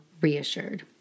reassured